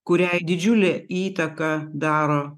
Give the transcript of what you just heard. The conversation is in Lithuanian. kuriai didžiulę įtaką daro